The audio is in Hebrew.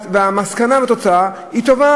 והמסקנה והתוצאה הן טובות.